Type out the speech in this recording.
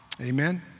amen